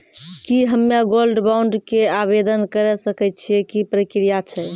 की हम्मय gold bond के आवदेन करे सकय छियै, की प्रक्रिया छै?